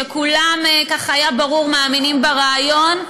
היה ברור שכולם מאמינים ברעיון,